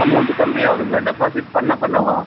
amount கம்மியாகுதுங்களா deposit பண்ண பண்ணவா